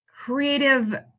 creative